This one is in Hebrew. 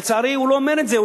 ולצערי, הוא לא אומר את זה.